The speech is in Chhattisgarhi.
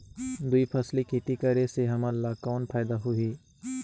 दुई फसली खेती करे से हमन ला कौन फायदा होही?